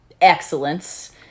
excellence